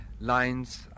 lines